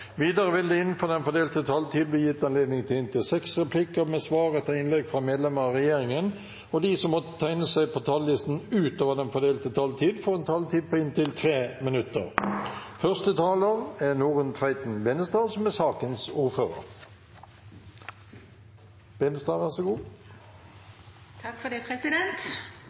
Videre vil det – innenfor den fordelte taletid – bli gitt anledning til inntil seks replikker med svar etter innlegg fra medlemmer av regjeringen, og de som måtte tegne seg på talerlisten utover den fordelte taletiden, får en taletid på inntil 3 minutter. Det er selve rettsstaten som angripes når terrorister gjør sine ugjerninger. Det er rettsstaten som skal forsvare oss mot dem. Er du fremmedkriger tiltalt for